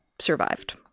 survived